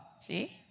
See